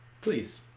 Please